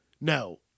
No